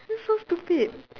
that's so stupid